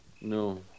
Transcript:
No